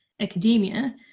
academia